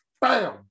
Bam